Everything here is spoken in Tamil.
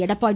எடப்பாடி